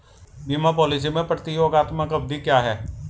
बीमा पॉलिसी में प्रतियोगात्मक अवधि क्या है?